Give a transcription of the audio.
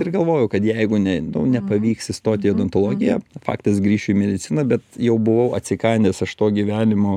ir galvojau kad jeigu ne nepavyks įstoti į odontologiją faktas grįšiu į mediciną bet jau buvau atsikandęs aš to gyvenimo